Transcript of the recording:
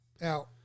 Now